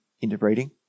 interbreeding